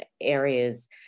areas